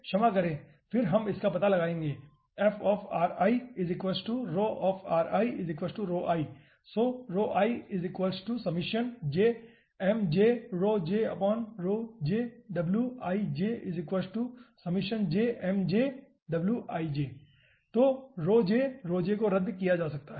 क्षमा करें यहाँ फिर हम इसका पता लगाएंगे सकता है